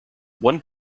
one